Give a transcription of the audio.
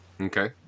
Okay